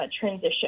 transition